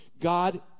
God